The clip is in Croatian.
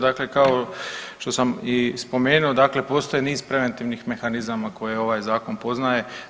Dakle kao što sam i spomenuo, dakle postoji niz preventivnih mehanizama koje ovaj Zakon poznaje.